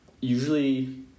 usually